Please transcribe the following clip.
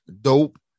dope